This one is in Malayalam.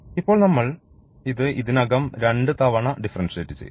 ഇപ്പോൾ നമ്മൾ ഇത് ഇതിനകം രണ്ട് തവണ ഡിഫറൻഷിയേറ്റ് ചെയ്തു